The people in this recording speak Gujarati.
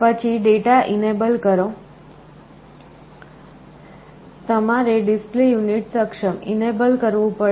પછી ડેટા enable કરો તમારે ડિસ્પ્લે યુનિટ સક્ષમ કરવું પડશે